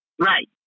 Right